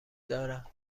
دارم